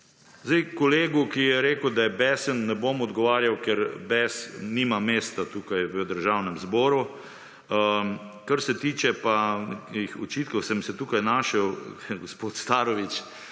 Zdaj, kolegu, ki je rekel, da je besen, ne bom odgovarjal, ker bes nima mesta tukaj v Državnem zboru. Kar se tiče pa jih očitkov, sem se tukaj našel, gospod Starović